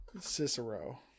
Cicero